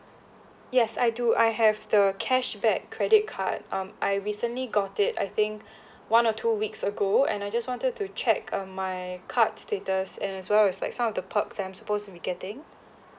yes I do I have the cashback credit card um I recently got it I think one or two weeks ago and I just wanted to check um my card status and as well as like some of the perks that I'm supposed to be getting